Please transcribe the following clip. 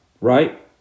right